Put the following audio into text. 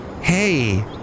Hey